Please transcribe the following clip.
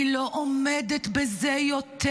אני לא עומדת בזה יותר.